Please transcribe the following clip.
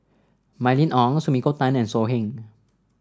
Mylene Ong Sumiko Tan and So Heng